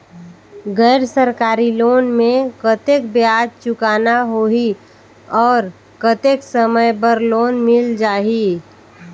गैर सरकारी लोन मे कतेक ब्याज चुकाना होही और कतेक समय बर लोन मिल जाहि?